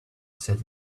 said